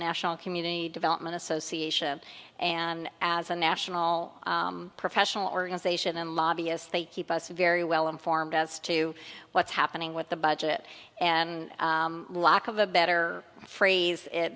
national community development association and as a national professional organization and lobbyists they keep us very well informed as to what's happening with the budget and lack of a better phrase